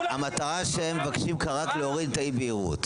המטרה היא להוריד רק את אי הבהירות.